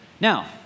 Now